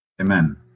Amen